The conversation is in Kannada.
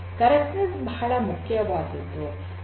ಸರಿಯಾದತೆ ಬಹಳ ಮುಖ್ಯವಾದದ್ದು